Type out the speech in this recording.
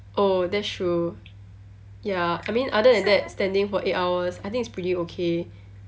oh that's true ya I mean other than that standing for eight hours I think it's pretty okay